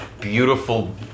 beautiful